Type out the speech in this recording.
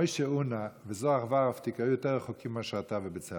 משה אונא וזרח ורהפטיג היו יותר רחוקים ממך ומבצלאל,